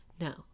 No